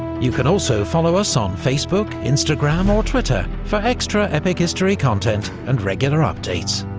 you can also follow us on facebook, instagram or twitter for extra epic history content, and regular updates.